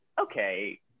okay